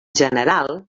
general